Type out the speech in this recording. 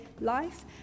life